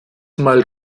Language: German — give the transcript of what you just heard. mal